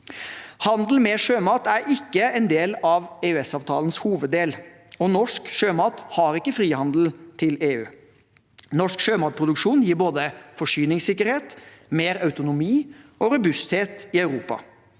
Handel med sjømat er ikke en del av EØS-avtalens hoveddel, og norsk sjømat har ikke frihandel til EU. Norsk sjømatproduksjon gir både forsyningssikkerhet, mer autonomi og robusthet i Europa.